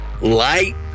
Light